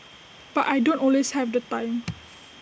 but I don't always have the time